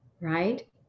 right